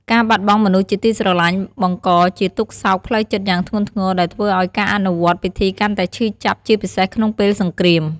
ការបាត់បង់មនុស្សជាទីស្រឡាញ់ បង្កជាទុក្ខសោកផ្លូវចិត្តយ៉ាងធ្ងន់ធ្ងរ ដែលធ្វើឲ្យការអនុវត្តពិធីកាន់តែឈឺចាប់ ជាពិសេសក្នុងពេលសង្គ្រាម។